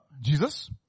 Jesus